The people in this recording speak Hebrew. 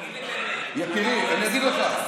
יקירי, אני משיג אותך,